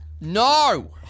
No